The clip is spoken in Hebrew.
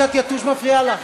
עקיצת יתוש מפריעה לך?